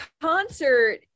concert